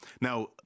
Now